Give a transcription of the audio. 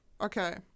Okay